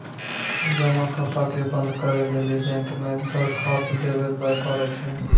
जमा खाता के बंद करै लेली बैंक मे दरखास्त देवै लय परै छै